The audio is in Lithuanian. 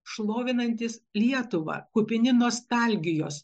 šlovinantys lietuvą kupini nostalgijos